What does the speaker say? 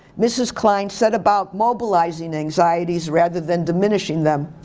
mrs. klein set about mobilizing anxieties rather than diminishing them.